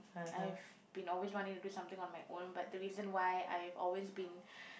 I've been always wanting to do something on my own but the reason why I've always been